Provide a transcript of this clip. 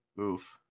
oof